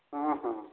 ହଁ ହଁ